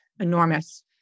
enormous